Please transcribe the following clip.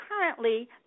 currently